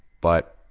but,